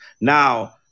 Now